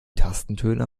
tastentöne